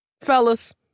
fellas